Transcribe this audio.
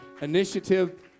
initiative